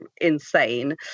insane